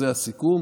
זה הסיכום,